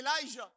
Elijah